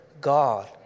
God